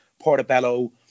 Portobello